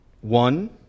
one